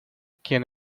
quién